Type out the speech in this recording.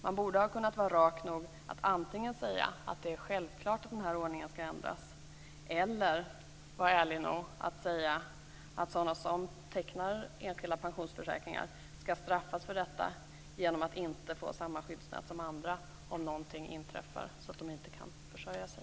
Man borde antingen kunna vara rak nog att säga att den här ordningen självfallet skall ändras eller vara ärlig nog att säga att sådana som tecknar enskilda pensionsförsäkringar skall straffas för detta genom att inte få samma skyddsnät som andra om någonting inträffar som gör att de inte kan försörja sig.